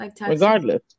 regardless